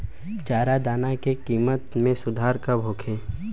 चारा दाना के किमत में सुधार कब होखे?